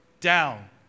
down